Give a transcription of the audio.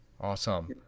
Awesome